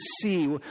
see